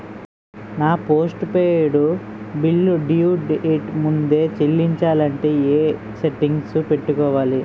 నా postpaid bill due date ముందే చెల్లించాలంటే ఎ సెట్టింగ్స్ పెట్టుకోవాలి?